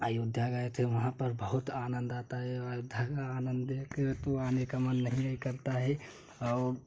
अयोध्या गए थे वहाँ पर बहुत आनंद आता है अयोध्या आनंद देखने का तो मन नहीं करता है और